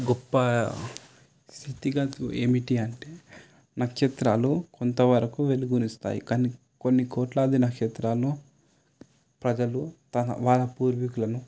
గొప్ప సత్తిగాతి ఏమిటి అంటే నక్షత్రాలు కొంతవరకు వెలుగునిస్తాయి కానీ కొన్ని కోట్లాది నక్షత్రాలు ప్రజలు తన వాళ్ళ పూర్వికులను